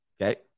Okay